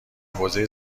حوزه